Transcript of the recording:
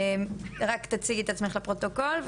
רק תציגי את עצמך בבקשה.